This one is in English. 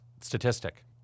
statistic